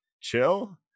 chill